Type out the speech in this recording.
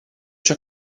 ciò